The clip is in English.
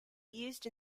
used